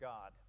God